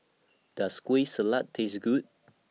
Does Kueh Salat Taste Good